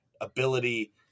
ability